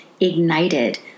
ignited